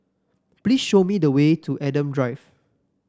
please show me the way to Adam Drive